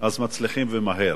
אז מצליחים ומהר.